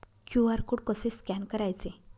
QR code कसे scan करायचे?